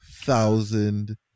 thousand